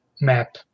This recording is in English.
map